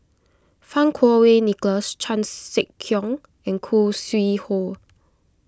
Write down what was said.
Fang Kuo Wei Nicholas Chan Sek Keong and Khoo Sui Hoe